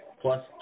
plus